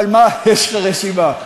יש לי רשימה שלא.